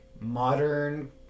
modern